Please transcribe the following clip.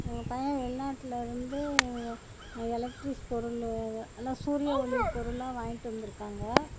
எங்கள் பையன் வெளிநாட்டுலிருந்து எலெக்ட்ரிஸ் பொருள் எல்லாம் சூரிய ஒளி பொருளெலாம் வாங்கிட்டு வந்திருக்காங்க